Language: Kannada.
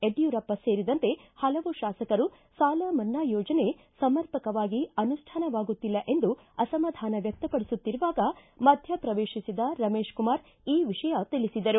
ಯಡ್ಊರಪ್ಪ ಸೇರಿದಂತೆ ಹಲವು ಶಾಸಕರು ಸಾಲ ಮನ್ನಾ ಯೋಜನೆ ಸಮರ್ಪಕವಾಗಿ ಅನುಷ್ಠಾನವಾಗುತ್ತಿಲ್ಲ ಎಂದು ಅಸಮಾಧಾನ ವ್ಯಕ್ತಪಡಿಸುತ್ತಿರುವಾಗ ಮಧ್ಯ ಪ್ರವೇಶಿಸಿದ ರಮೇಶ್ ಕುಮಾರ್ ಈ ವಿಷಯ ತಿಳಿಸಿದರು